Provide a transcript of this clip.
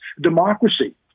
democracy